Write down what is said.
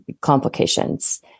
complications